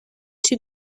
two